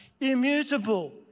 immutable